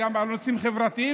גם על נושאים חברתיים,